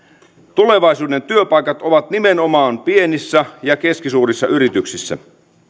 tulevaisuuden työpaikat ovat nimenomaan pienissä ja keskisuurissa yrityksissä